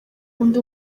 undi